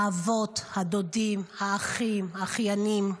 האבות, הדודים, האחים, האחיינים,